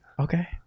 Okay